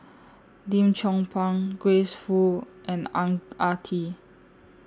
Lim Chong Pang Grace Fu and Ang Ah Tee